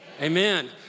Amen